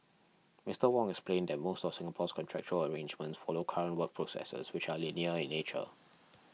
Mr Wong explained that most of Singapore's contractual arrangements follow current work processes which are linear in nature